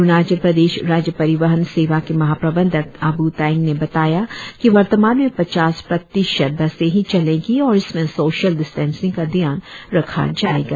अरुणाचल प्रदेश राज्य परिवहन सेवा के महाप्रबंधक आबू तायेंग ने बताया कि वर्तमान में पचास प्रतिशत बसे ही चलेंगी और इसमें सोशल डिस्टेंसिंग का ध्यान रखा जाएगा